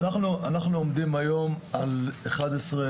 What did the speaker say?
אנחנו עומדים היום על אחד עשר,